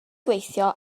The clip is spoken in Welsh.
gweithio